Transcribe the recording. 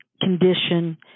condition